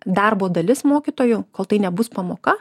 darbo dalis mokytojų kol tai nebus pamoka